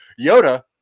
Yoda